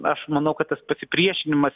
aš manau kad tas pasipriešinimas